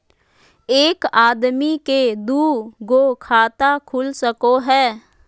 एक आदमी के दू गो खाता खुल सको है?